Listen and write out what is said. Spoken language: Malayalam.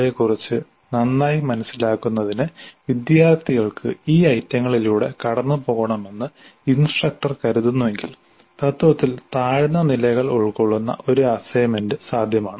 യെക്കുറിച്ച് നന്നായി മനസിലാക്കുന്നതിന് വിദ്യാർത്ഥികൾക്ക് ഈ ഐറ്റങ്ങളിലൂടെ കടന്നുപോകണമെന്ന് ഇൻസ്ട്രക്ടർ കരുതുന്നുവെങ്കിൽ തത്ത്വത്തിൽ താഴ്ന്ന നിലകൾ ഉൾക്കൊള്ളുന്ന ഒരു അസൈൻമെന്റ് സാധ്യമാണ്